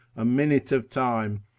a minute of time,